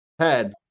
Head